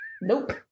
Nope